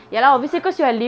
okay fine